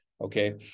okay